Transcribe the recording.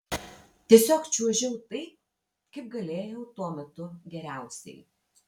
tiesiog čiuožiau taip kaip galėjau tuo metu geriausiai